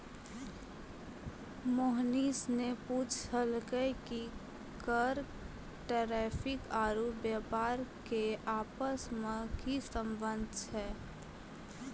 मोहनीश ने पूछलकै कि कर टैरिफ आरू व्यापार के आपस मे की संबंध छै